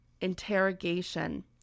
interrogation